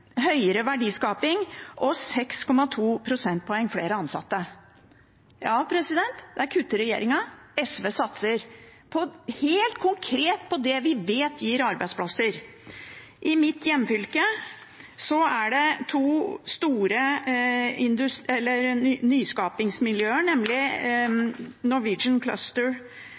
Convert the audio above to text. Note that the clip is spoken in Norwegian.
høyere verdiskaping og 6,2 prosentpoeng flere ansatte. Ja, der kutter regjeringen, mens SV satser helt konkret på det vi vet gir arbeidsplasser. I mitt hjemfylke er det to store nyskapingsmiljøer, nemlig Norwegian Cluster